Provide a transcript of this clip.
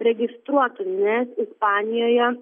registruotų nes ispanijoje